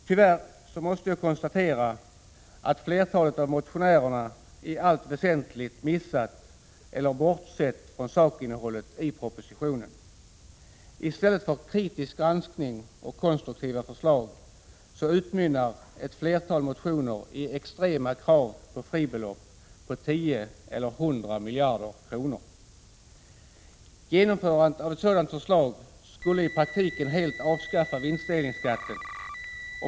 Tyvärr måste jag konstatera att flertalet av motionärerna i allt väsentligt missat eller bortsett från sakinnehållet i propositionen. I stället för att innehålla kritisk granskning och konstruktiva förslag utmynnar ett flertal motioner i extrema krav på fribelopp på 10 eller 100 miljarder kronor. Genomförandet av sådana förslag skulle i praktiken helt avskaffa vinstdelningsskatten.